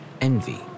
envy